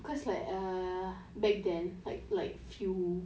cause like err back then like like few